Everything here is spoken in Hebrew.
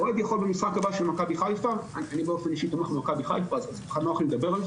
אוהד יכול במשחק הבא של מכבי חיפה לזרוק אבוקה,